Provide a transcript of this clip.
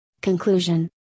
Conclusion